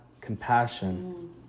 compassion